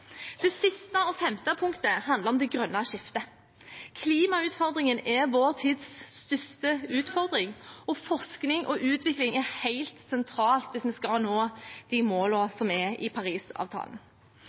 og siste punktet handler om det grønne skiftet. Klimautfordringen er vår tids største utfordring, og forskning og utvikling er helt sentralt hvis vi skal nå de